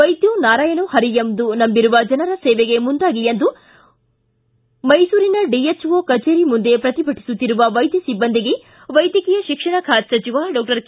ವೈದ್ಯೋ ನಾರಾಯಣೋ ಹರಿಃ ಎಂದು ನಂಬಿರುವ ಜನರ ಸೇವೆಗೆ ಮುಂದಾಗಿ ಎಂದು ಮೈಸೂರಿನ ಡಿಎಚ್ಓ ಕಚೇರಿ ಮುಂದೆ ಪ್ರತಿಭಟಿಸುತ್ತಿರವ ವೈದ್ಯ ಸಿಬ್ಬಂದಿಗೆ ವೈದ್ಯಕೀಯ ಶಿಕ್ಷಣ ಖಾತೆ ಸಚಿವ ಡಾಕ್ಟರ್ ಕೆ